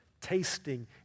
tasting